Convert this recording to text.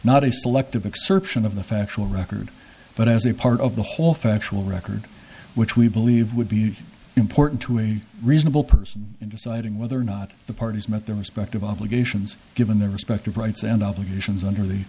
not a selective exception of the factual record but as a part of the whole factual record which we believe would be important to a reasonable person in deciding whether or not the parties met their respective obligations given their respective rights and obligations under the